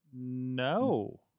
No